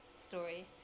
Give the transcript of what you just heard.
story